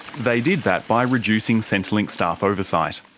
they did that by reducing centrelink staff oversight.